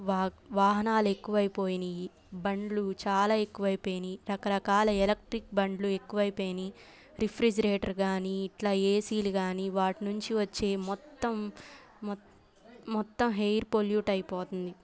వాహనాలు ఎక్కువైపోయాయి బండ్లు చాలా ఎక్కువైపోయాయి రకరకాల ఎలక్ట్రిక్ బండ్లు ఎక్కువైపోయినాయి రిఫ్రిజిరేటర్ కాని ఇట్లా ఏసీలు కాని వాటి నుంచి వచ్చే మొత్తం మొత్తం ఏయిర్ పొల్యూట్ అయిపోతుంది